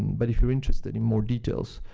but if you're interested in more details,